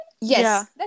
Yes